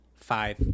Five